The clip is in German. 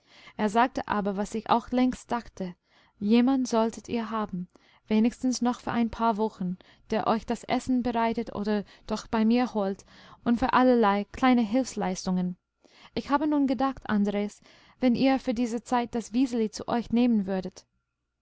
er sagte aber was ich auch längst dachte jemand solltet ihr haben wenigstens noch für ein paar wochen der euch das essen bereitet oder doch bei mir holt und für allerlei kleine hilfsleistungen ich habe nun gedacht andres wenn ihr für diese zeit das wiseli zu euch nehmen würdet